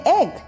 egg